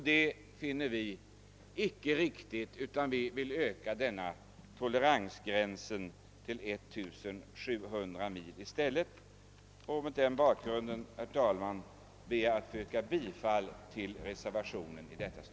Detta finner vi icke vara riktigt utan vill öka toleransgränsen till 1700 mil. Mot denna bakgrund ber jag, herr talman, att få yrka bifall till reservationen 1.